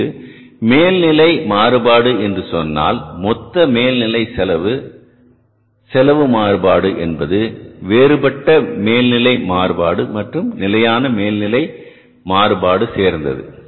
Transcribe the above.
இங்கு மேல்நிலை மாறுபாடு என்று சொன்னால் மொத்த மேல் நிலை செலவு மாறுபாடு என்பது வேறுபட்ட மேல்நிலை மாறுபாடு மற்றும் நிலையான மேல்நிலை மாறுபாடு சேர்ந்தது